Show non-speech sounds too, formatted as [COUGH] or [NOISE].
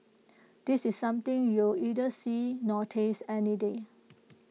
[NOISE] this is something you'll neither see nor taste any day